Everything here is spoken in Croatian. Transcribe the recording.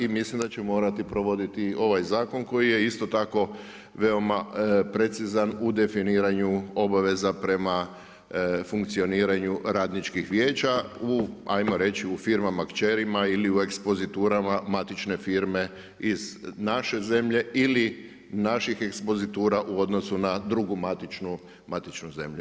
I mislim da će morati provoditi ovaj zakon koji je isto tako veoma precizan u definiranju obaveza prema funkcioniranju Radničkih vijeća u hajmo reći u firmama kćerima ili u ekspoziturama matične firme iz naše zemlje ili naših ekspozitura u odnosu na drugu matičnu zemlju.